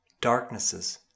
darknesses